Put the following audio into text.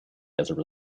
society